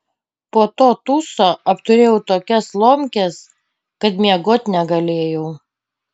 po to tūso apturėjau tokias lomkes kad miegot negalėjau